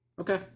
okay